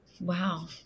Wow